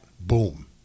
Boom